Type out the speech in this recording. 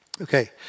Okay